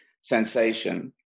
sensation